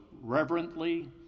reverently